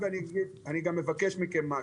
כי אני גם מבקש מכם משהו,